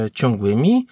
ciągłymi